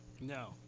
No